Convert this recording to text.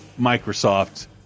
Microsoft